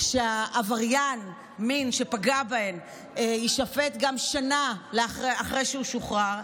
שעבריין מין שפגע בהן יישפט גם שנה אחרי שהוא שוחרר,